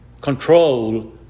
control